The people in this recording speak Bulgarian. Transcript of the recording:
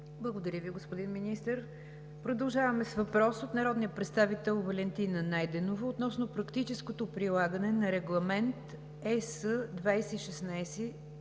Благодаря Ви, господин Министър. Продължаваме с въпрос от народния представител Валентина Найденова относно практическото прилагане на Регламент (ЕС) 2016/679